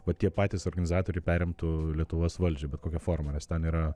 va tie patys organizatoriai perimtų lietuvos valdžią bet kokia forma nes ten yra